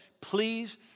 Please